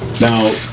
Now